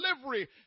delivery